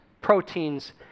proteins